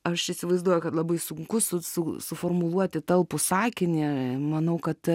aš įsivaizduoju kad labai sunku su su suformuluoti talpų sakinį manau kad